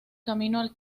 camino